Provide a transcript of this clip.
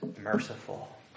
merciful